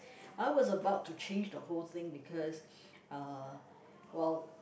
I was about to change the whole thing because uh while